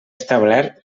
establert